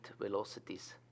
velocities